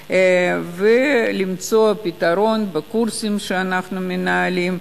ולמצוא פתרון בקורסים שאנחנו מנהלים,